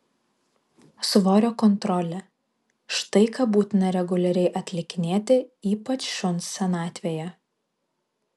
svorio kontrolė štai ką būtina reguliariai atlikinėti ypač šuns senatvėje